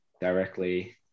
directly